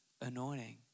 anointing